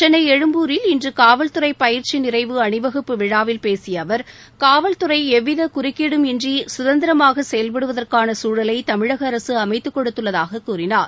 சென்னை எழும்பூரில் இன்று காவல் துறை பயிற்சி நிறைவு அணிவகுப்பு விழாவில் பேசிய அவர் காவல் துறை எவ்வித குறுக்கீடும் இன்றி கதந்திரமாக செயல்படுவதற்கான சூழலை தமிழக அரசு அமைத்துக் கொடுத்துள்ளதாக கூறினார்